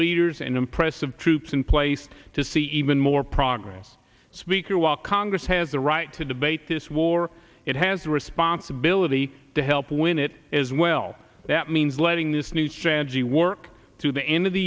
leaders and impressive troops in place to see even more progress speaker while congress has the right to debate this war it has a responsibility to help when it is well that means letting this new changi work to the end of the